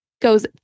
goes